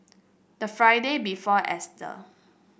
the Friday before Easter